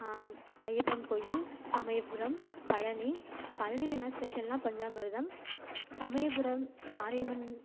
ஐயப்பன் கோவில் சமயபுரம் பழனி பழனியில் என்ன ஸ்பெஷல்னால் பஞ்சாமிர்தம் சமயபுரம் மாரியம்மன்